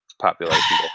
population